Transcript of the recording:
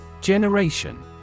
Generation